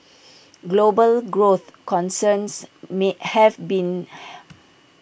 global growth concerns may have seen